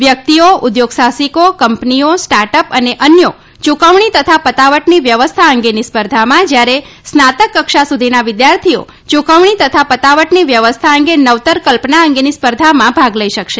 વ્યકિતઓ ઉદ્યોગસાહસીકો કંપનીઓ સ્ટાર્ટઅપ અને અન્યો યુકવણી તથા પતાવટની વ્યવસ્થા અંગેની સ્પર્ધામાં જ્યારે સ્નાતક કક્ષા સુધીના વિદ્યાર્થીઓ યુકવણી તથા પતાવટની વ્યવસ્થા અંગે નવતર કલ્પના અંગેની સ્પર્ધામાં ભાગ લઈ શકશે